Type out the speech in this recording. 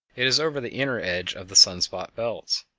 it is over the inner edge of the sun-spot belts.